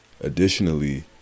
Additionally